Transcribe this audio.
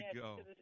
go